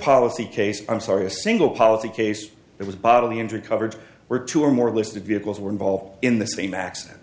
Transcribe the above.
policy case i'm sorry a single policy case that was bodily injury coverage were two or more listed vehicles were involved in the same accident